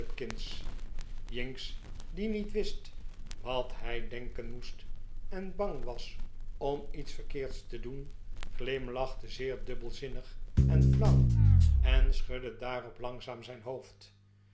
die niet wist wat hij denken moest en bang was om iets verkeerds te doen glimlachte zeer dubbelzinnig en flauw en schudde daarop langzaam zijn hoofd